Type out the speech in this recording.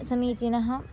समीचीनः